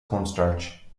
cornstarch